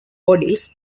bodies